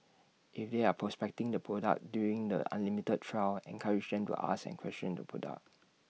if they are prospecting the product during the unlimited trial encourage them to ask and question the product